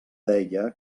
deia